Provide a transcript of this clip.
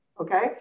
Okay